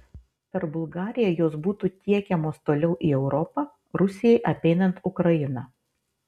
per bulgariją jos būtų tiekiamos toliau į europą rusijai apeinant ukrainą